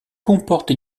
comporte